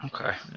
Okay